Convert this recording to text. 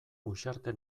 uxarte